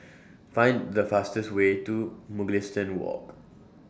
Find The fastest Way to Mugliston Walk